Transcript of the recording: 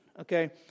okay